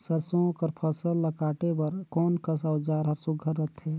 सरसो कर फसल ला काटे बर कोन कस औजार हर सुघ्घर रथे?